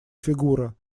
фигура